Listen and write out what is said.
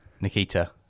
Nikita